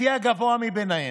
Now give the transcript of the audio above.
לפי הגבוה מבניהם.